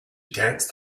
danced